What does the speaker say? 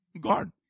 God